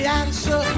answer